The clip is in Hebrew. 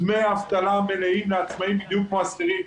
דמי אבטלה מלאים לעצמאים בדיוק כמו לשכירים.